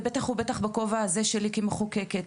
ובטח ובטח בכובע הזה שלי כמחוקקת,